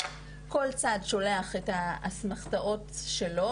כל אחד שולח את האסמכתאות שלו,